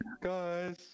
guys